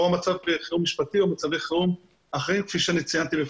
או מצב חירום משפטי או מצבי חירום אחרים כפי שציינתי.